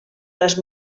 les